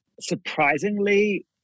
surprisingly